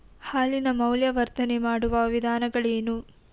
ಹಾಲಿನ ಮೌಲ್ಯವರ್ಧನೆ ಮಾಡುವ ವಿಧಾನಗಳೇನು?